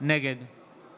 נגד